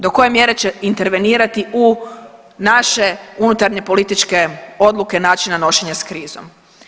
Do koje mjere će intervenirati u naše unutarnje političke odluke načina nošenja sa krizom.